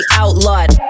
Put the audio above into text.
outlawed